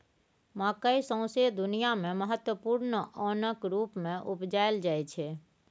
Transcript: मकय सौंसे दुनियाँ मे महत्वपूर्ण ओनक रुप मे उपजाएल जाइ छै